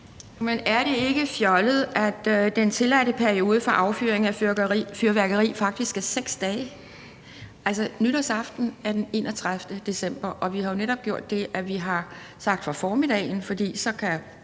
er det ikke fjollet, at den tilladte periode for affyring af fyrværkeri faktisk er 6 dage? Altså, nytårsaften er den 31. december, og vi har jo netop gjort det, at vi har sagt, at det er fra om formiddagen, for så kan